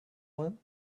one